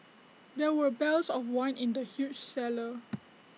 there were barrels of wine in the huge cellar